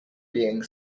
being